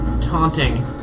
taunting